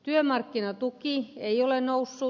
työmarkkinatuki ei ole noussut